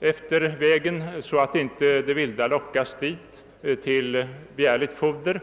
efter vägen, så att inte viltet lockas till begärligt foder.